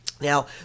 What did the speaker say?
now